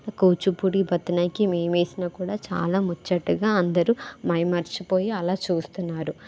కూచిపూడి భరతనాట్యం ఏమి వేసిన కూడా చాలా ముచ్చటగా అందరు మయైమరిచిపోయి అలా చూస్తూన్నారు